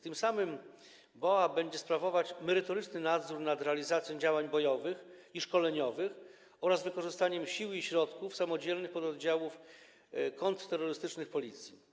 Tym samym BOA będzie sprawować merytoryczny nadzór nad realizacją działań bojowych i szkoleniowych oraz wykorzystaniem sił i środków samodzielnych pododdziałów kontrterrorystycznych Policji.